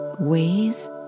ways